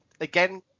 again